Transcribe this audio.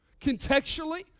Contextually